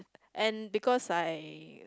and because I